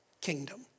kingdom